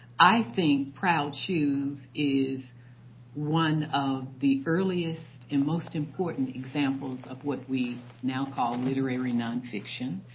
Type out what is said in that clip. i think proud shoes is one of the earliest and most important examples of what we now call literary nonfiction.